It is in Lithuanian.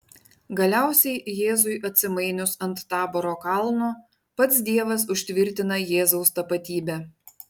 galiausiai jėzui atsimainius ant taboro kalno pats dievas užtvirtina jėzaus tapatybę